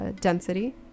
density